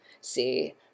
see